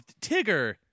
tigger